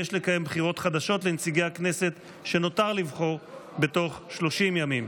יש לקיים בחירות חדשות לנציגי הכנסת שנותר לבחור בתוך 30 ימים.